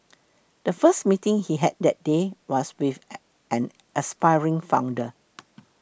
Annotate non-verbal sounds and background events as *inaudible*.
the first meeting he had that day was with *noise* an aspiring founder